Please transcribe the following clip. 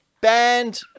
banned